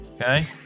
Okay